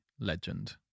legend